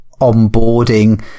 onboarding